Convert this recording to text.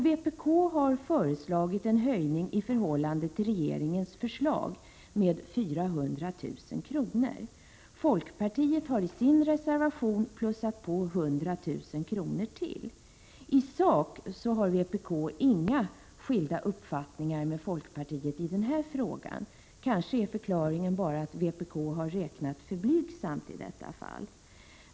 Vpk har föreslagit en höjning i förhållande till regeringens förslag med 400 000 kr. Folkpartiet har i sin reservation lagt till ytterligare 100 000 kr. I sak har vi inga från folkpartiet skilda uppfattningar i frågan, kanske är förklaringen att vpk har räknat för blygsamt i detta fall.